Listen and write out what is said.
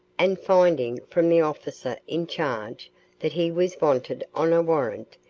and finding from the officer in charge that he was wanted on a warrant,